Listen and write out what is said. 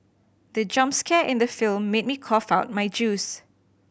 the jump scare in the film made me cough out my juice